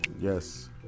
Yes